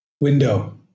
Window